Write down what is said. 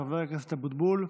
חבר הכנסת אבוטבול.